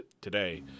today